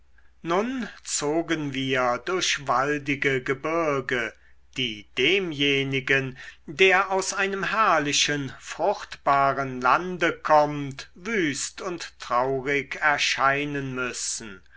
nun zogen wir durch waldige gebirge die demjenigen der aus einem herrlichen fruchtbaren lande kommt wüst und traurig erscheinen müssen